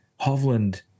Hovland